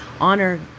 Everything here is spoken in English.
honor